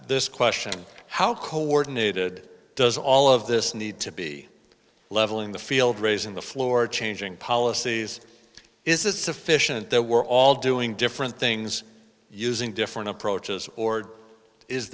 this question how coordinated does all of this need to be leveling the field raising the floor changing policies is this sufficient that we're all doing different things using different approaches or is